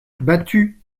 battue